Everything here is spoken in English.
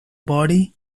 body